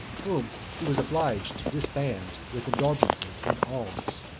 whom he was obliged to disband with indulgences and arms.